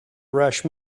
rush